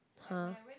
har